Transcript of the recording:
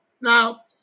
Now